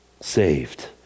saved